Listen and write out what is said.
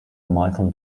michael